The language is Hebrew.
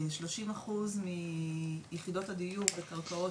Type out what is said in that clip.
כ-30% מיחידות הדיור בקרקעות